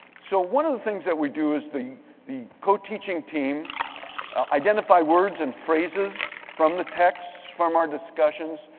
so one of the things that we do is the the co-teaching team identify words and phrases from the text, from our discussions.